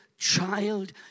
Child